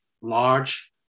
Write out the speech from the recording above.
large